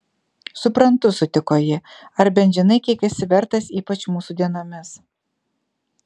suprantu sutiko ji ar bent žinai kiek esi vertas ypač mūsų dienomis